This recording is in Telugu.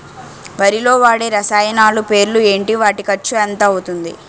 వరిలో వాడే రసాయనాలు పేర్లు ఏంటి? వాటి ఖర్చు ఎంత అవతుంది?